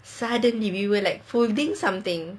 suddenly we were like folding something